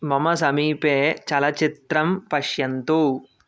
मम समीपे चलचित्रं पश्यन्तु